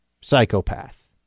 psychopath